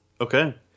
Okay